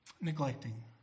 Neglecting